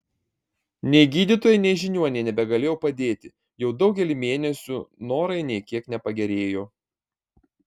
nei gydytojai nei žiniuoniai nebegalėjo padėti jau daugelį mėnesių norai nė kiek nepagerėjo